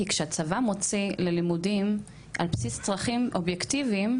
כי כשהצבא מוציא ללימודים על בסיס צרכים אובייקטיבים,